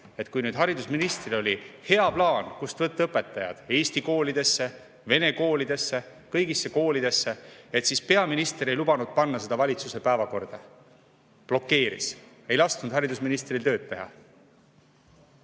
et kui haridusministril oli hea plaan, kust võtta õpetajaid eesti koolidesse, vene koolidesse, kõigisse koolidesse, et siis peaminister ei lubanud panna seda valitsuse päevakorda, blokeeris, ei lasknud haridusministril tööd